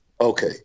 Okay